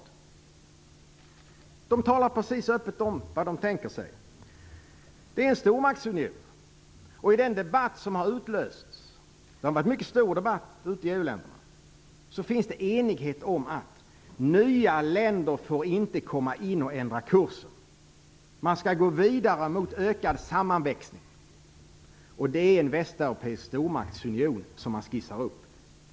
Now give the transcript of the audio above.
De talar alltså öppet om vad de tänker sig, dvs. en stormaktsunion. I den debatt som har utlösts - det var en mycket stor debatt i EU-länderna - finns det en enighet om att nya länder inte får komma och ändra kursen. Man skall gå vidare mot ökad sammanväxning. Det är en västeuropeisk stormaktsunion som skissas upp.